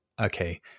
okay